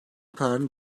kararını